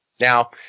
Now